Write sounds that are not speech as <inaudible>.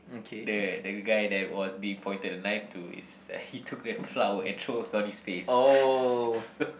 the the guy that was being pointed the knife to is he took the flower and throw on his face <laughs> so